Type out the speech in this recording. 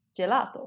gelato